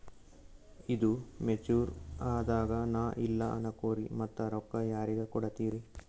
ಈದು ಮೆಚುರ್ ಅದಾಗ ನಾ ಇಲ್ಲ ಅನಕೊರಿ ಮತ್ತ ರೊಕ್ಕ ಯಾರಿಗ ಕೊಡತಿರಿ?